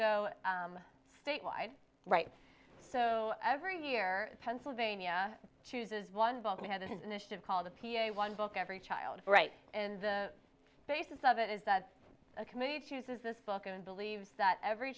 go state wide right so every year pennsylvania chooses one bulb we had an initiative called the p a one book every child right and the basis of it is that a committee to does this book and believes that every